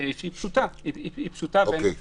שהיא פשוטה ואין בה סיכונים.